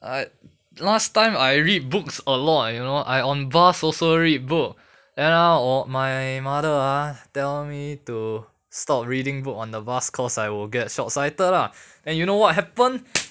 I last time I read books a lot you know I on bus also read books then ah orh my mother ah tell me to stop reading book on the bus cause I will get short sighted lah and you know what happen